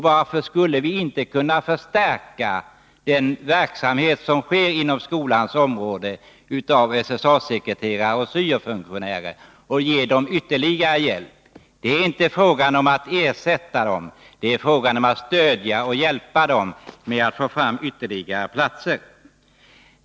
Varför skulle vi inte kunna förstärka den verksamhet som bedrivs inom skolans område av SSA-sekreterare och syo-funktionärer och ge dem ytterligare hjälp? Det är inte fråga om att ersätta dem — det är fråga om att stödja och hjäpa dem med att få fram ytterligare platser.